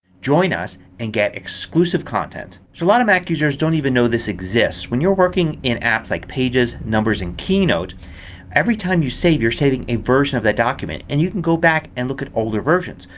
join us and get exclusive content. so a lot of mac users don't even know this exists. when you're working in apps like pages, numbers, and keynote every time you save you're saving a version of that document and you can go back and look at older versions.